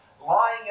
Lying